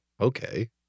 okay